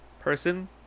person